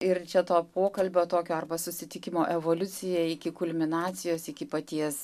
ir čia to pokalbio tokio arba susitikimo evoliucija iki kulminacijos iki paties